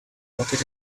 rocket